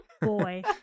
Boy